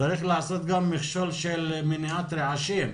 צריך לעשות גם מכשול של מניעת רעשים,